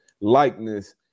likeness